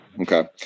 Okay